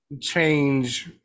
change